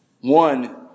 One